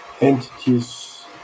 entities